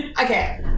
okay